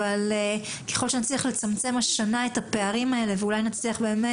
אבל ככל שנצליח לצמצם השנה את הפערים הללו ואולי נצליח לסייע